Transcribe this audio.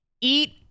eat